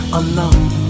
alone